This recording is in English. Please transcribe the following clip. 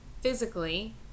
physically